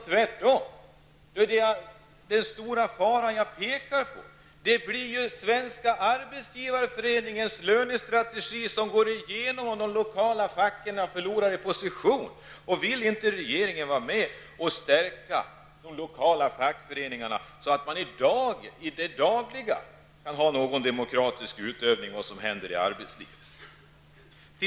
Tvärtom -- och det är den stora fara som jag har pekat på -- går Svenska arbetsgivareföreningens lönestrategi igenom, om de lokala facken förlorar sin position. Regeringen vill tydligen inte bidra till att stärka de lokala fackföreningarna så att de kan ha något demokratiskt inflytande över den dagliga verksamheten och över det som händer i arbetslivet.